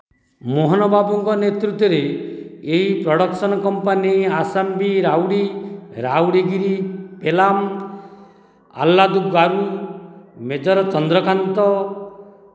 ମୋହନ ବାବୁଙ୍କ ନେତୃତ୍ୱରେ ଏହି ପ୍ରଡ଼କ୍ସନ କମ୍ପାନୀ ଆସେମ୍ବ୍ଲି ରାଉଡ଼ି ରାଉଡ଼ିଗରି ପେଲ୍ଲାମ୍ ଆଲ୍ଲଦୁ ଗାରୁ ମେଜର୍ ଚନ୍ଦ୍ରକାନ୍ତ